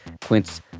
Quince